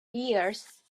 years